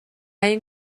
این